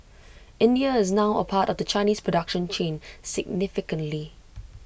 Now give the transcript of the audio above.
India is now A part of the Chinese production chain significantly